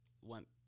went